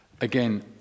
again